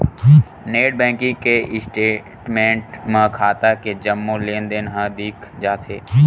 net banking के statement म खाता के जम्मो लेनदेन ह दिख जाथे